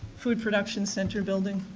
food production center building.